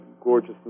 gorgeous